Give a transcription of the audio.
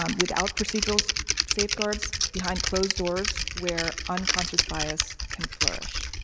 um without procedural safeguard so behind closed doors where unconscious bias can flourish.